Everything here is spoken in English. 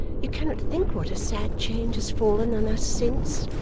you cannot think what a sad change has fallen on us since